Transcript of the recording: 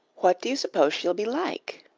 what do suppose she'll be like?